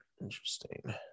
interesting